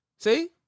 See